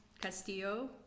Castillo